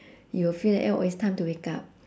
you'll feel that eh oh it's time to wake up